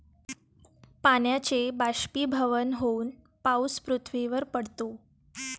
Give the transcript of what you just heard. पाण्याचे बाष्पीभवन होऊन पाऊस पृथ्वीवर पडतो